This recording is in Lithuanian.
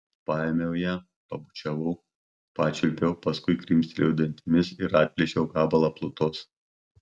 paėmiau ją pabučiavau pačiulpiau paskui krimstelėjau dantimis ir atplėšiau gabalą plutos